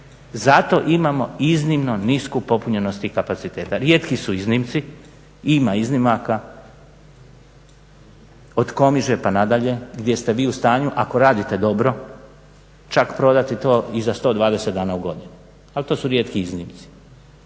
Zato imamo iznimno nisku popunjenost kapaciteta. Rijetki su iznimci, ima iznimaka od Komiže pa nadalje gdje ste vi u stanju ako radite dobro čak prodati to i za 120 dana u godini, ali to su rijetki iznimci.